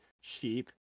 sheep